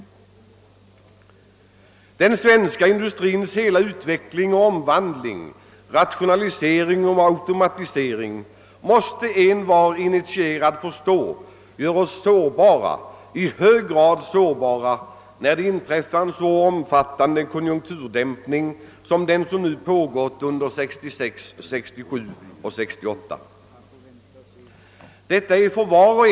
Envar initierad måste förstå att den svenska industrins utveckling och omvandling, rationalisering och automatisering gör oss i hög grad sårbara när det inträder en så omfattande konjunkturdämpning som den vi haft känning av under 1966, 1967 och 1968.